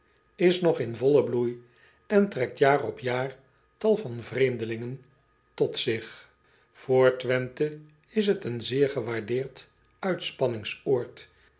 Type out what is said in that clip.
is nog in vollen bloei en trekt jaar op jaar tal van vreemdelingen tot zich oor wenthe is het een zeer gewaardeerd